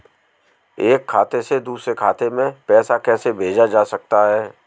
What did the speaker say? एक खाते से दूसरे खाते में पैसा कैसे भेजा जा सकता है?